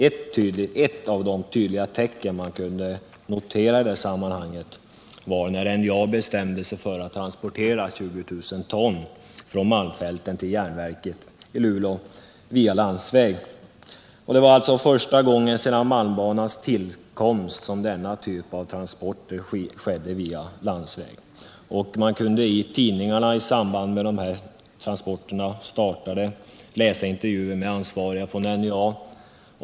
Ett av de tydliga tecken man i detta sammanhang kunde notera var när NJA bestämde sig för att transportera 20 000 ton från malmfälten till järnverket i Luleå via landsväg, och detta var första gången sedan malmba Nr 146 nans tillkomst som denna typ av transporter skedde via landsväg. I tidningarna kunde man i samband med startandet av dessa transporter läsa intervjuer med de ansvariga från NJA.